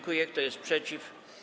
Kto jest przeciw?